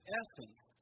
essence